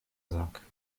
sack